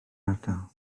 ardal